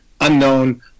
unknown